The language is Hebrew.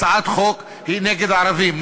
הצעת חוק שהיא נגד ערבים,